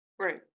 right